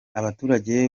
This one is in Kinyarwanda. abaturage